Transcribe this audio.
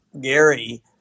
Gary